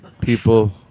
People